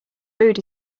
food